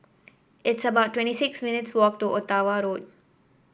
it's about twenty six minutes' walk to Ottawa Road